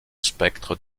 spectre